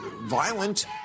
violent